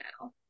now